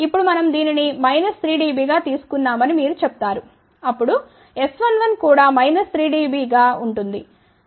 ఇప్పుడు మనం దీనిని మైనస్ 3 డిబి గా తీసుకున్నామని మీరు చెప్తారు అప్పుడు S11 కూడా మైనస్ 3 డిబిగా ఉంటుంది ఇది 0